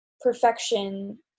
perfection